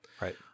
right